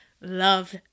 love